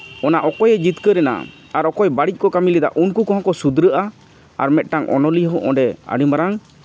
ᱚᱱᱟ ᱚᱠᱚᱭᱮ ᱡᱤᱛᱠᱟᱹᱨ ᱮᱱᱟ ᱟᱨ ᱚᱠᱚᱭ ᱵᱟᱹᱲᱤᱡ ᱠᱚ ᱠᱟᱹᱢᱤ ᱞᱮᱫᱟ ᱩᱱᱠᱩ ᱠᱚᱦᱚᱸ ᱠᱚ ᱥᱩᱫᱷᱨᱟᱹᱜᱼᱟ ᱟᱨ ᱢᱤᱫᱴᱟᱱ ᱚᱱᱚᱞᱤᱭᱟᱹ ᱦᱚᱸ ᱟᱹᱰᱤ ᱢᱟᱨᱟᱝ